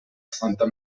santa